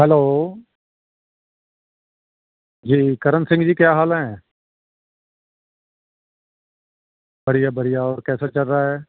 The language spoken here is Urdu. ہیلو جی کرن سنگھ جی کیا حال ہیں بڑھیا بڑھیا اور کیسا چل رہا ہے